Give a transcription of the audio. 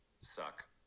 suck